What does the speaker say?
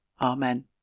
Amen